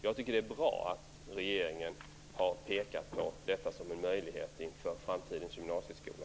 Jag tycker att det är bra att regeringen har pekat på detta som en möjlighet inför framtidens gymnasieskola.